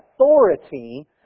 authority